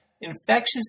...infectious